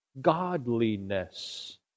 Godliness